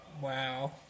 Wow